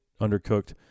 undercooked